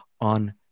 on